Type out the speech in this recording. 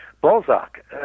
Balzac